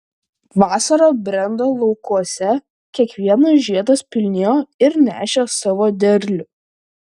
vasara brendo laukuose kiekvienas žiedas pilnėjo ir nešė savo derlių